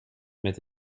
met